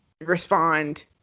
respond